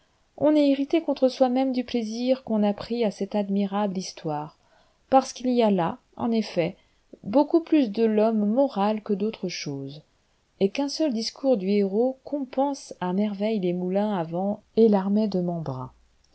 on est irrité contre soi-même du plaisir qu'on a pris à cette admirable histoire parce qu'il y a là en effet beaucoup plus de l'homme moral que d'autre chose et qu'un seul discours du héros compense à merveille les moulins à vent et l'armet de membrin